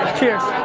cheers.